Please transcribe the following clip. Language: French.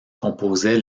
composaient